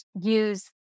use